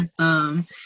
awesome